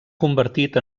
convertit